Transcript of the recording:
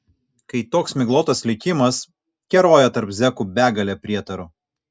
kai toks miglotas likimas keroja tarp zekų begalė prietarų